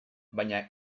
baina